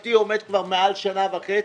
להערכתי עומד כבר מעל שנה וחצי,